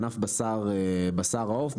או ענף בשר העוף,